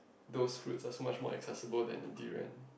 those fruit are so much more accessible than the durian